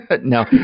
no